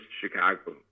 Chicago